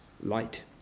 light